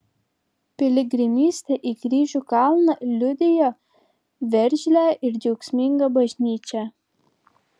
piligrimystė į kryžių kalną liudijo veržlią ir džiaugsmingą bažnyčią